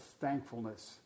thankfulness